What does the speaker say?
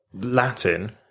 Latin